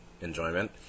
enjoyment